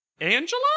Angela